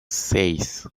seis